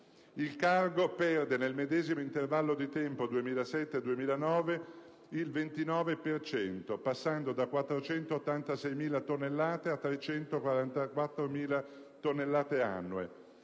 Il cargo perde nel medesimo intervallo di tempo 2007-2009 il 29,3 per cento, passando da 486.000 a 344.000 tonnellate annue.